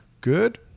good